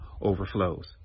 overflows